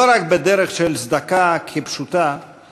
לא רק בדרך של צדקה כפשוטה,